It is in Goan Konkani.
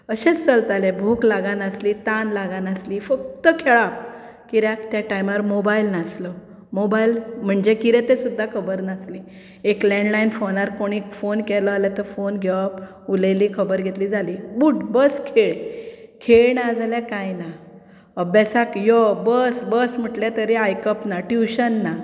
अशेंच चलताले भूक लागनासली तान लागनासलीं फक्त खेळाप कित्याक त्या टायमार मोबायल नासलो मोबायल म्हणजे कितें तें सुद्दां खबर नासलें एक लेंडलायन फोनार कोणें फोन केलो जाल्यार तो फोन घेवप उलयलीं खबर घेतली जाली उट बस खेळ खेळ ना जाल्यार कांय ना अभ्यासाक यो बस बस म्हटले तरी आयकप ना ट्यूशन ना